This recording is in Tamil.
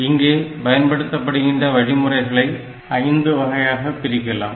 இங்கே பயன்படுத்தப்படுகிற வழிமுறைகளை ஐந்து வகையாக பிரிக்கலாம்